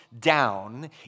down